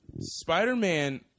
Spider-Man